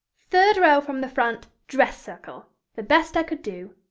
third row from the front, dress circle the best i could do.